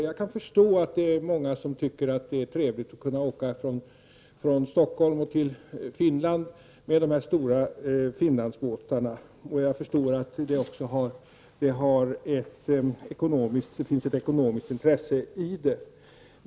Jag kan förstå att många tycker att det är trevligt att kunna åka från Stockholm till Finland med de stora Finlandsbåtarna, och jag förstår att det även finns ett ekonomiskt intresse i detta.